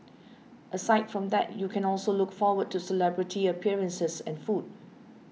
aside from that you can also look forward to celebrity appearances and food